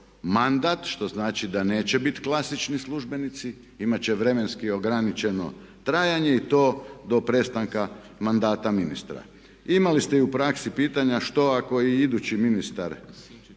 mandat što znači da neće biti klasični službenici, imat će vremenski ograničeno trajanje i to do prestanka mandata ministra. Imali ste i u praksi pitanja, što ako i idući ministar